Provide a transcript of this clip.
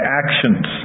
actions